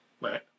Right